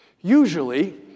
usually